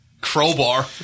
Crowbar